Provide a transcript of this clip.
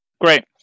Great